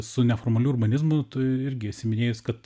su neformaliu urbanizmu tu irgi esi minėjus kad